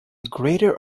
greater